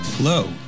Hello